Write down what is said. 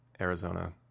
Arizona